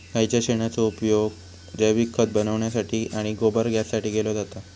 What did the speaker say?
गाईच्या शेणाचो उपयोग जैविक खत बनवण्यासाठी आणि गोबर गॅससाठी केलो जाता